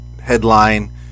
headline